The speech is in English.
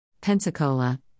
Pensacola